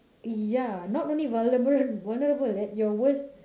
ya not only vulnerable vulnerable at your worst